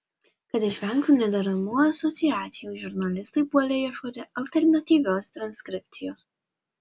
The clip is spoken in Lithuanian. kad išvengtų nederamų asociacijų žurnalistai puolė ieškoti alternatyvios transkripcijos